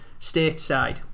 stateside